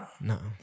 No